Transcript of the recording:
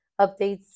updates